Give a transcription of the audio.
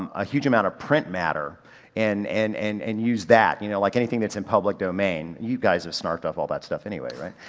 um a huge amount of print matter and, and and, and use that. you know like anything that's in public domain, you guys have snarfed up all that stuff anyway,